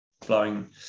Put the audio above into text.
flowing